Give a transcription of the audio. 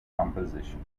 composition